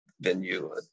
venue